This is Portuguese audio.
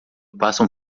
passam